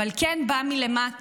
אבל כן בא מלמטה.